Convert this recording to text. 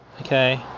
Okay